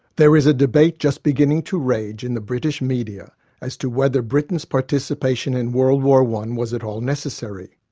there is a debate just beginning to rage in the british media as to whether britain's participation in world war i was at all necessary.